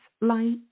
Light